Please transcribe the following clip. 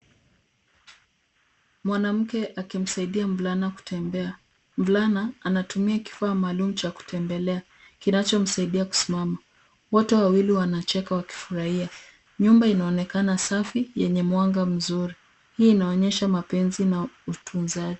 Mwanamke akimsadia mvulana kutembea. Mvulana anatumua kifaa maalum cha kutembelea kinachomsaidia kusimama. Wote wawili wanacheka na wakifurahia. Nyumba inaonekana safi yenye mwanga mzuri. Hii inaonyesha mapenzi na utunzaji.